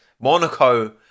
Monaco